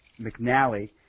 McNally